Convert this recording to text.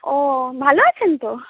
ও ভালো আছেন তো